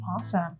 Awesome